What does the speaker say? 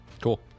cool